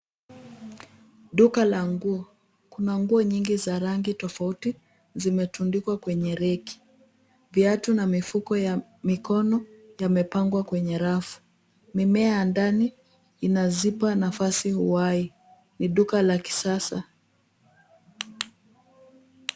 Duka la nguo. Kuna nguo nyingi za rangi tofauti. Zimetundikwa kwenye reki. Viatu na mifuko ya mikono yamepangwa kwenye rafu. Mimea ya ndani inazipa nafasi uhai. Ni duka la kisasa.